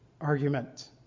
argument